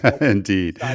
Indeed